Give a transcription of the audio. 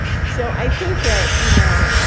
so i think that, you know,